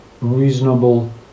reasonable